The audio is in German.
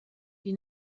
die